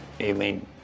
Aileen